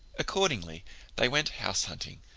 accordingly they went house-hunting,